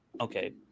Okay